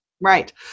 Right